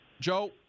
Joe